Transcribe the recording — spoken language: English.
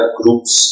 groups